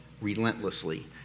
relentlessly